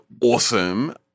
awesome